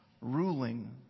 ruling